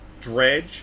Dredge